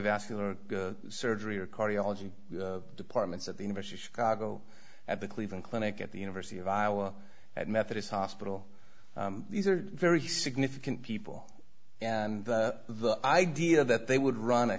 cardiovascular surgery or cardiology departments at the university of chicago at the cleveland clinic at the university of iowa at methodist hospital these are very significant people and the idea that they would run a